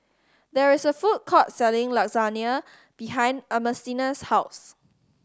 there is a food court selling Lasagna behind Ernestina's house